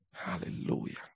Hallelujah